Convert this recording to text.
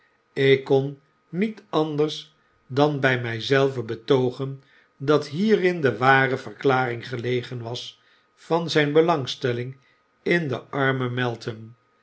ik kon niet anders dan bij mij zelven betoogen dat hierin de ware verklaring gelegen was van zijn belangsteliing in den armen